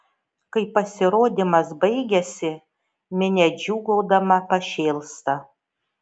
kai pasirodymas baigiasi minia džiūgaudama pašėlsta